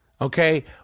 okay